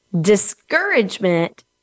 discouragement